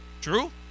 True